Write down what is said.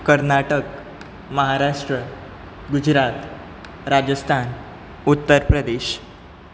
Karnataka Maharashtra Gujarat Rajasthan Uttar Pradesh